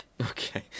Okay